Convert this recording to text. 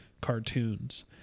cartoons